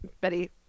Betty